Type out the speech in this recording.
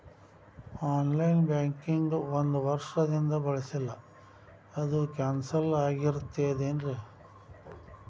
On line banking ಒಂದ್ ವರ್ಷದಿಂದ ಬಳಸಿಲ್ಲ ಅದು ಕ್ಯಾನ್ಸಲ್ ಆಗಿರ್ತದೇನ್ರಿ?